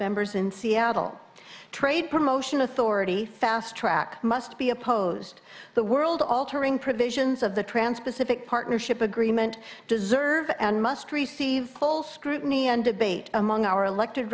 members in seattle trade promotion authority fast track must be opposed the world altering provisions of the trans pacific partnership agreement deserve and must receive full scrutiny and debate among our elected